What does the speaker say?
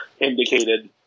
indicated